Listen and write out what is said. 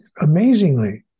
amazingly